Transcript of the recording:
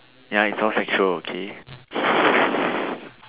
ya it's all sexual okay